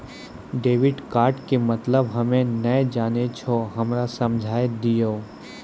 Debit card के मतलब हम्मे नैय जानै छौ हमरा समझाय दियौ?